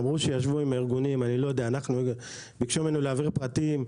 הם אמרו שהם ישבו עם הארגונים ביקשו מאיתנו להעביר פרטים,